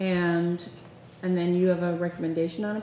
and and then you have a recommendation on